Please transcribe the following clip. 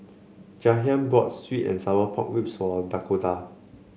Jahiem bought sweet and Sour Pork Ribs for Dakoda